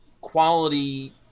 quality